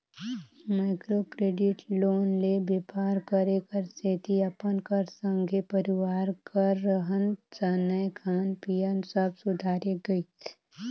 micro credit loan ले बेपार करे कर सेती अपन कर संघे परिवार कर रहन सहनए खान पीयन सब सुधारे गइस